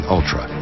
Ultra